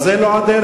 אז זאת לא הדרך.